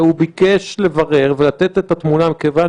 והוא ביקש לברר ולתת את התמונה מכיוון